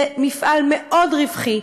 זה מפעל מאוד רווחי,